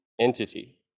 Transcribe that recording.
entity